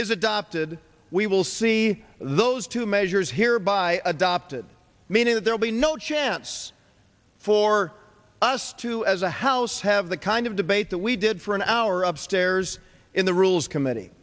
is adopted we will see those two measures here by adopted meaning that there will be no chance for us to as a house have the kind of debate that we did for an hour up stairs in the rules committee